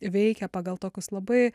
veikia pagal tokius labai